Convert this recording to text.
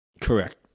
Correct